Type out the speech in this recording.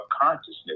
consciousness